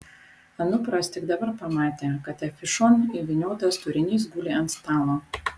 anupras tik dabar pamatė kad afišon įvyniotas turinys guli ant stalo